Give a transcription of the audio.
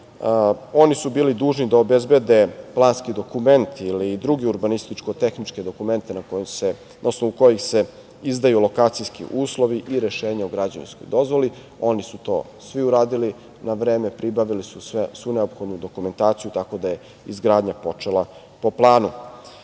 Oni su bili dužni da obezbede planski dokument ili druge urbanističko-tehnički dokumente na osnovu kojih se izdaju lokacijski uslovi i rešenje o građevinskoj dozvoli. Oni su to svi uradili na vreme, pribavili su svu neophodnu dokumentaciju, tako da je izgradnja počela po